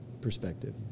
perspective